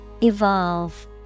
Evolve